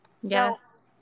Yes